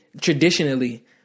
Traditionally